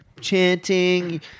Chanting